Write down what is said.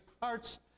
parts